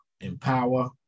empower